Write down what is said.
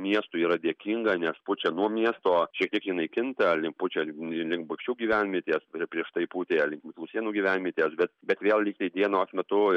miestui yra dėkinga nes pučia nuo miesto šiek tiek jinai kinta pučia link bukčių gyvenvietės prie prieš tai pūtė usėnų gyvenvietės bet bet vėl lygtai dienos metu